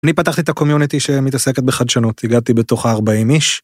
אני פתחתי את הקומיונטי שמתעסקת בחדשנות, הגעתי בתוך 40 איש.